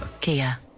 Kia